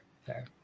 Fair